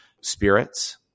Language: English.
spirits